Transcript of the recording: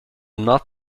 not